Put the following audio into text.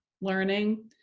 learning